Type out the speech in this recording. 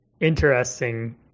interesting